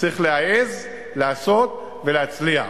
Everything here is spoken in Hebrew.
צריך להעז, לעשות ולהצליח.